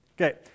Okay